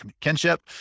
kinship